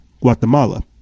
Guatemala